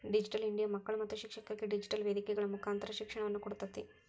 digital India ಮಕ್ಕಳು ಮತ್ತು ಶಿಕ್ಷಕರಿಗೆ ಡಿಜಿಟೆಲ್ ವೇದಿಕೆಗಳ ಮುಕಾಂತರ ಶಿಕ್ಷಣವನ್ನ ಕೊಡ್ತೇತಿ